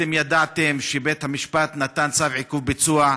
אתם ידעתם שבית-המשפט נתן צו עיכוב ביצוע,